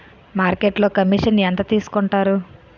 మార్కెట్లో కమిషన్ ఎంత తీసుకొంటారు?